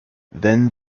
then